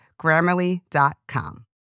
Grammarly.com